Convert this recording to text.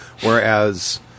Whereas